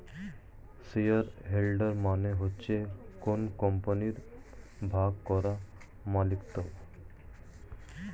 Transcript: share holder মানে হচ্ছে কোন কোম্পানির ভাগ করা মালিকত্ব